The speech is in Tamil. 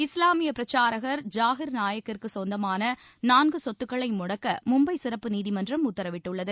இஸ்லாமிய பிரச்சாரகர் ஜாகீர் நாயக் கிற்கு சொந்தமான நான்கு சொத்துக்களை முடக்க மும்பை சிறப்பு நீதிமன்றம் உத்தரவிட்டுள்ளது